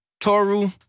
Toru